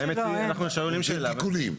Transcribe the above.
זה תיקונים.